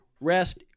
rest